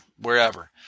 wherever